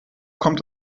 kommt